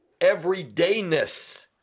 everydayness